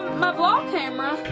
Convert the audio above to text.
my vlog camera.